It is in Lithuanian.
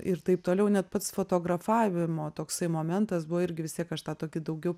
ir taip toliau net pats fotografavimo toksai momentas buvo irgi vis tiek aš tą tokį daugiau